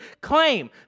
claim